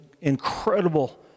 incredible